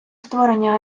створення